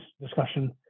discussion